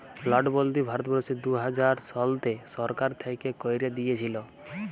লটবল্দি ভারতবর্ষে দু হাজার শলতে সরকার থ্যাইকে ক্যাইরে দিঁইয়েছিল